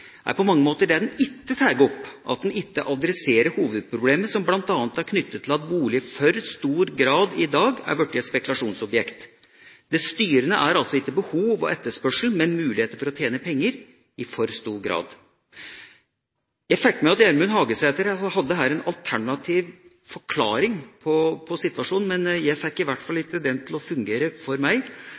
den ikke adresserer hovedproblemet, som bl.a. er knyttet til at boliger i for stor grad i dag har blitt et spekulasjonsobjekt. Det styrende er altså ikke behov og etterspørsel, men muligheter for å tjene penger i for stor grad. Jeg fikk med meg at Gjermund Hagesæter her hadde en alternativ forklaring på situasjonen, men jeg fikk i hvert fall ikke den til å fungere for meg,